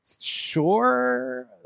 sure